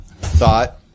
thought